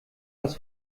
was